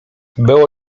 było